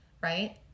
right